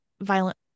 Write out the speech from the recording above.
violent